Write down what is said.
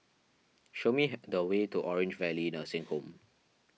show me the way to Orange Valley Nursing Home